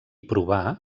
provar